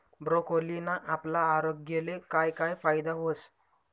ब्रोकोलीना आपला आरोग्यले काय काय फायदा व्हस